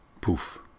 poof